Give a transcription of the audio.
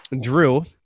Drew